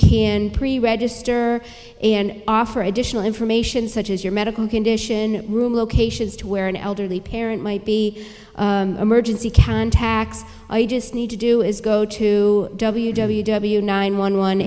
can pre register and offer additional information such as your medical condition room locations to where an elderly parent might be emergency can tax just need to do is go to w w w nine one one